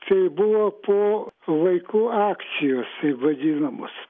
tai buvo po vaikų akcijos taip vadinamos